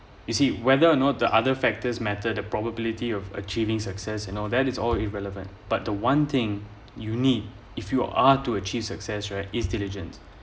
you see whether or not the other factors matter the probability of achieving success and all that it's all irrelevant but the one thing you need if you are to achieve success right is diligent